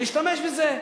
להשתמש בזה.